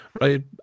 right